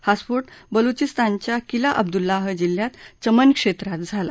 हा स्फोट बलूचिस्तानच्या किला अब्दुल्लाह जिल्ह्तल्या चमन क्षेत्रात झाला